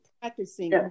practicing